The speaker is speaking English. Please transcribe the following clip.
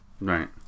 Right